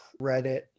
Reddit